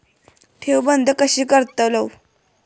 ठेव बंद कशी करतलव?